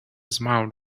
smiled